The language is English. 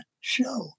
show